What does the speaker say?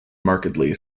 markedly